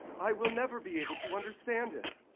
i will never be able to understand it.